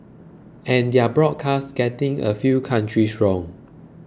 and their broadcast getting a few countries wrong